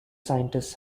scientists